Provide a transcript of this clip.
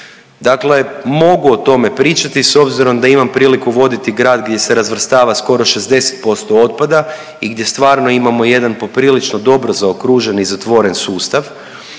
dakle mogu o tome pričati s obzirom da imam priliku voditi grad gdje se razvrstava skoro 60% otpada i gdje stvarno imamo jedan poprilično dobro zaokružen i zatvoren sustav